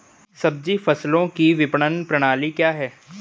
सब्जी फसलों की विपणन प्रणाली क्या है?